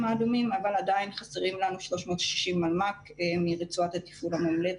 האדומים אבל עדיין חסרים לנו 360 מלמ"ק מרצועת התפעול המומלצת,